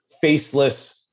faceless